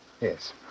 Yes